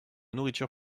nourriture